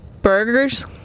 burgers